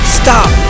stop